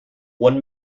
one